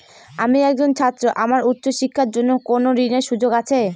আমি একজন ছাত্র আমার উচ্চ শিক্ষার জন্য কোন ঋণের সুযোগ আছে?